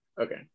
Okay